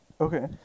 Okay